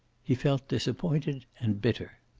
he felt disappointed and bitter.